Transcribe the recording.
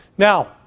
Now